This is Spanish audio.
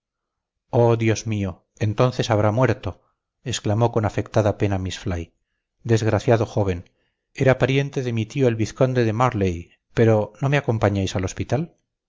oh dios mío entonces habrá muerto exclamó con afectada pena miss fly desgraciado joven era pariente de mi tío el vizconde de marley pero no me acompañáis al hospital